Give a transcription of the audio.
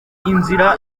inzira